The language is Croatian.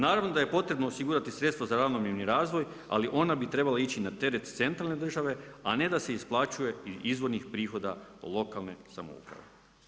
Naravno da je potrebno osigurati sredstva za ravnomjerni razvoj ali ona bi trebala ići na teret centralne države a ne da se isplaćuje iz izvornih prihoda lokalne samouprave.